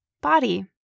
body